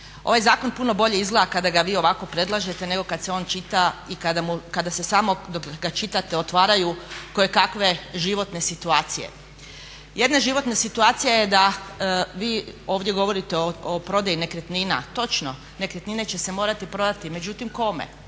Ovaj zakon puno bolje izgleda kada ga vi ovako predlažete nego kad se on čita i kada se samo dok ga čitate otvaraju kojekakve životne situacije. Jedna životna situacija je da vi ovdje govorite o prodaji nekretnina, točno nekretnine će se morati prodati međutim kome?